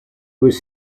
was